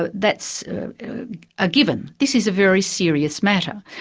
but that's a given. this is a very serious matter.